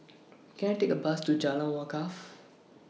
Can I Take A Bus to Jalan Wakaff